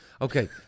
Okay